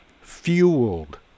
fueled